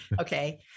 okay